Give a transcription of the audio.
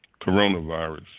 coronavirus